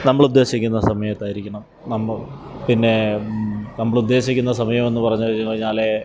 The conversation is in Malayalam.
നമ്മൾ ഉദ്ദേശിക്കുന്ന സമയത്തായിരിക്കണം നമ്മൾ പിന്നേ നമ്മൾ ഉദ്ദേശിക്കുന്ന സമയമെന്ന് പറഞ്ഞു കഴിഞ്ഞാൽ